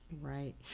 Right